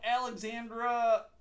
alexandra